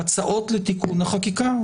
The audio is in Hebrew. הצעות לתיקון החקיקה.